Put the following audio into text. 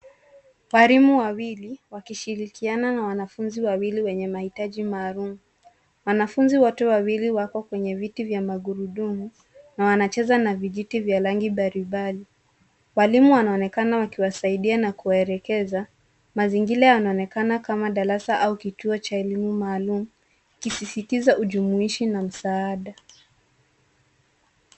Walimu wawili wakishirikiana na wanafunzi wawili wenye mahitaji maalum. Wanafunzi wote wawili wako kwenye viti vya magurudumu na wanacheza na vijiti vya rangi mbalimbali. Walimu wanaonekana wakiwasaidia na kuwaelekeza, mazingira yanaonekana kama darasa au kituo cha elimu maalum, kisisitizo; ujumuishi na msaada.